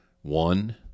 One